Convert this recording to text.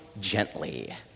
gently